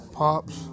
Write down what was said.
pops